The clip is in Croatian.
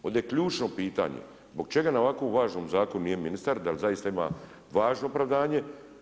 Ovdje je ključno pitanje zbog čega na ovako važnom zakonu nije ministar, da li zaista ima važno opravdanje.